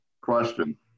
Question